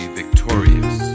victorious